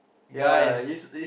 guys